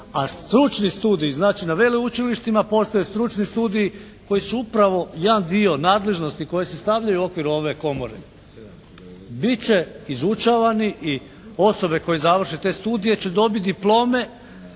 A stručni studij, znači na veleučilištima postoje stručni studiji koji su upravo jedan dio nadležnosti koje se stavljaju u okviru ove komore. Bit će izučavani i osobe koje završe te studije će dobiti diplome